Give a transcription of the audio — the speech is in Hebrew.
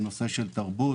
בנושאים של תרבות,